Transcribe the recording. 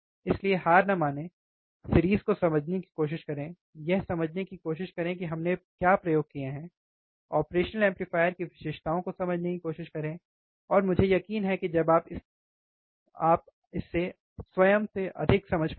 इसलिए हार न मानें सिरीज़ को समझने की कोशिश करें यह समझने की कोशिश करें कि हमने क्या प्रयोग किए हैं ऑपरेशनल एम्पलीफायर की विशेषताओं को समझने की कोशिश करें और मुझे यकीन है कि जब आप इसे तो आप अधिक समझ पाएंगे स्वयं करेंगे